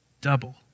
double